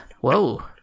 Whoa